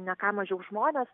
ne ką mažiau žmonės